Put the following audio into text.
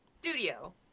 studio